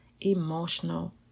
emotional